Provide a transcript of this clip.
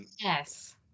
yes